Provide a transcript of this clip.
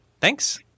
Thanks